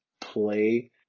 play